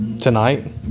Tonight